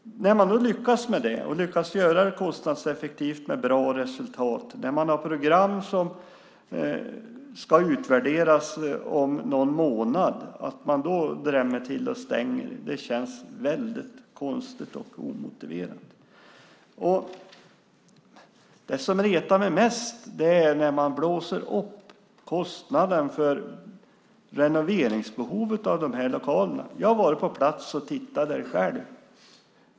När man då lyckas med det och lyckas göra det kostnadseffektivt med bra resultat, och när man har program som ska utvärderas om någon månad känns det väldigt konstigt och omotiverat att man drämmer till och stänger. Det som retar mig mest är när man blåser upp kostnaden för renoveringsbehovet av de här lokalerna. Jag har varit på plats och tittat själv.